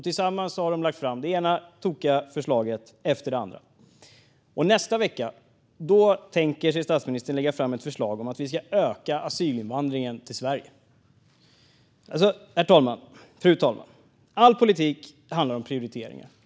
Tillsammans har de lagt fram det ena tokiga förslaget efter det andra, och nästa vecka tänker sig statsministern lägga fram ett förslag om att vi ska öka asylinvandringen till Sverige. Fru talman! All politik handlar om prioriteringar.